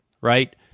right